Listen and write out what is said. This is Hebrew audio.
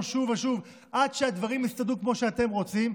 שוב ושוב עד שהדברים יסתדרו כמו שאתם רוצים,